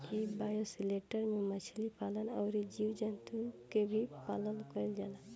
इ बायोशेल्टर में मछली पालन अउरी जीव जंतु के भी पालन कईल जाला